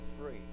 free